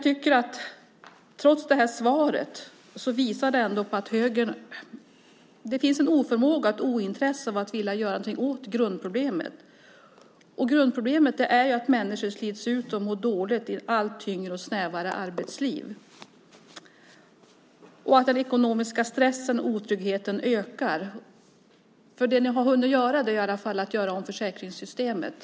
Trots svaret här finns det en oförmåga och ett ointresse för att vilja göra någonting åt grundproblemet. Grundproblemet är att människor slits ut och mår dåligt i ett allt tyngre och snävare arbetsliv och att den ekonomiska stressen och otryggheten ökar. Det ni har hunnit göra är i alla fall att göra om försäkringssystemet.